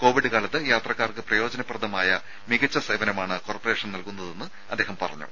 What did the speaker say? Covid കാലത്ത് യാത്രക്കാർക്ക് പ്രയോജനപ്രദമായ മികച്ച സേവനങ്ങളാണ് കോർപ്പറേഷൻ നൽകുന്നതെന്ന് അദ്ദേഹം പറഞ്ഞു